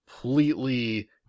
completely